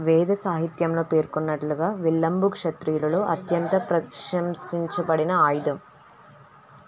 వేద సాహిత్యంలో పేర్కొన్నట్లుగా విల్లంబు క్షత్రియులలో అత్యంత ప్రశంసించబడిన ఆయుధం